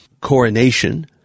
coronation